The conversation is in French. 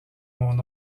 mon